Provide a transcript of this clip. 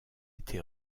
été